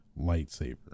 lightsaber